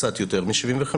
קצת יותר מ-75%,